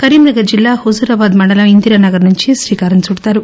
కరీంనగర్ జిల్లా హుజారాబాద్ మండలం ఇందిరానగర్ నుండి శ్రీకారం చుడతారు